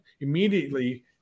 immediately